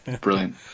brilliant